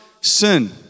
sin